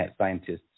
scientists